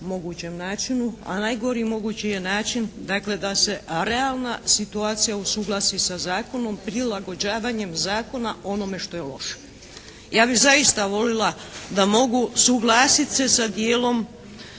mogućem načinu, a najgori mogući je način dakle da se realna situacija usuglasi sa zakonom prilagođavanjem zakona onome što je loše. Ja bih zaista volila da mogu suglasiti se sa dijelom